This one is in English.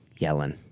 Yellen